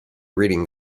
reading